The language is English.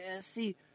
see